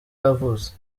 yavutse